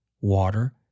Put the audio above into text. water